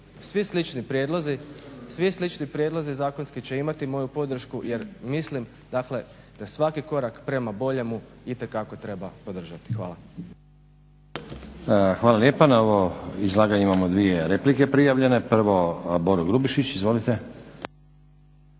Svi slični prijedlozi zakonski će imati moju podršku jer mislim da svaki korak prema boljemu itekako treba podržati. Hvala. **Stazić, Nenad (SDP)** Hvala lijepa. Na ovo izlaganje imamo dvije replike prijavljene. Prvo Boro Grubišić, izvolite.